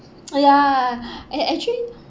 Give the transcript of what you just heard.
oh ya ac~ actually